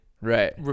Right